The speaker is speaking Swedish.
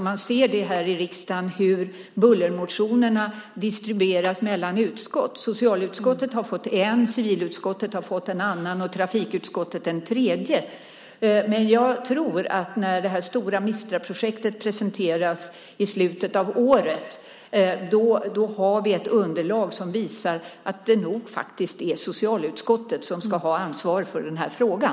Man ser här i riksdagen hur bullermotionerna distribueras mellan utskott. Socialutskottet har fått en, civilutskottet har fått en annan och trafikutskottet har fått en tredje. Men när det stora Mistraprojektet presenteras i slutet av året tror jag att vi har ett underlag som visar att det nog faktiskt är socialutskottet som ska ha ansvar för den här frågan.